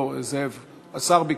לא, זאב, השר ביקש.